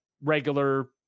regular